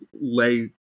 lay